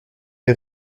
est